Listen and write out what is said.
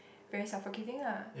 very suffocating lah